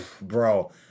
bro